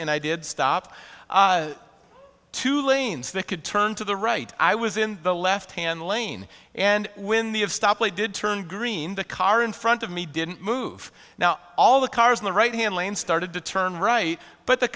and i did stop two lanes they could turn to the right i was in the left hand lane and when the of stop way did turn green the car in front of me didn't move now all the cars in the right hand lane started to turn right but the